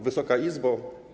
Wysoka Izbo!